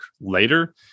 later